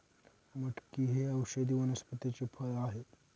मटकी हे औषधी वनस्पतीचे फळ आहे